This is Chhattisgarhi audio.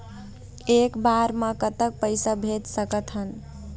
एक बार मे कतक पैसा भेज सकत हन?